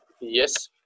Yes